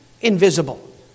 invisible